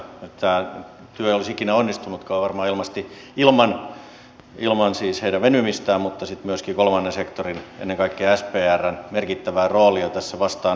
tämä työ ei olisi ikinä onnistunutkaan varmaan ilman heidän venymistään mutta ei sitten myöskään ilman kolmannen sektorin ennen kaikkea sprn merkittävää roolia tässä vastaanotossa